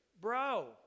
bro